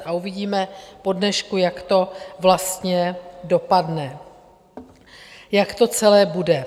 A uvidíme po dnešku, jak to vlastně dopadne, jak to celé bude.